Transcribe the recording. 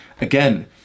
again